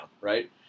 right